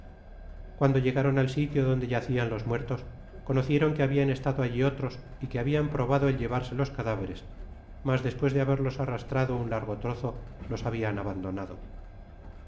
cuando llegaron al sitio donde yacian los muertos conocieron que habian estado alli otros y que habian probado el llevarse los cadávéíres mas despues de haberlos arrastrado un largo trozo los habiau abandonado